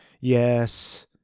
yes